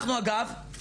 אנחנו אגב,